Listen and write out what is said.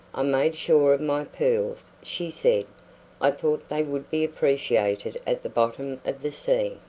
i made sure of my pearls, she said i thought they would be appreciated at the bottom of the sea.